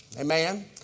Amen